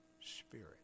Spirit